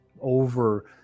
over